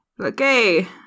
okay